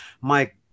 Mike